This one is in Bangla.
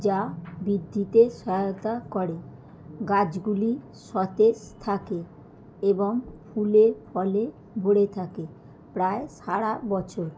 যা বৃদ্ধিতে সহায়তা করে গাছগুলি সতেজ থাকে এবং ফুলে ফলে ভরে থাকে প্রায় সারা বছর